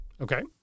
Okay